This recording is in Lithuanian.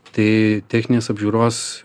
tai techninės apžiūros